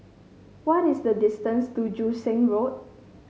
what is the distance to Joo Seng Road